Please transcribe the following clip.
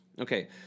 Okay